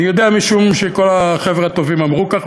אני יודע משום שכל החבר'ה הטובים אמרו כך,